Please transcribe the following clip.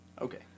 Okay